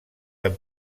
amb